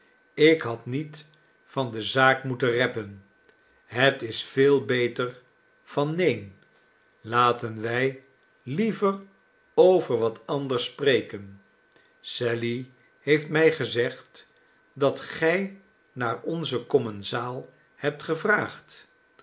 ik had niet van de zaak moeten reppen het is veel beter van neen laten wij liever over wat anders spreken sally heeft mij gezegd dat gij naar onzen commensaal hebt gevraagd